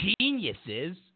geniuses